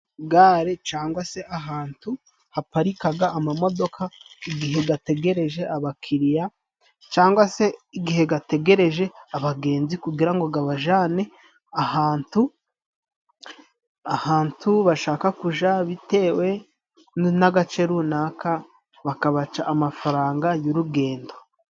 Gare cangwa se ahantu haparikaga amamodoka igihe gategereje abakiriya cangwa se igihe gategereje abagenzi kugira ngo gabajane ahantu, ahantu bashaka kuja bitewe n'agace runaka, bakabaca amafaranga y'urugendo.